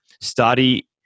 study